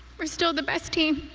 we're still the best team.